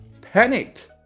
panicked